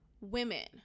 women